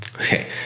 Okay